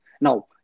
Now